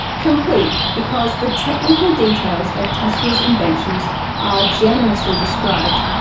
complete because the technical details of tesla's inventions are generously described,